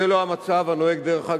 דרך אגב, זה לא המצב הנוהג בישראל.